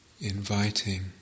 inviting